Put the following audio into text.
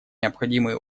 необходимые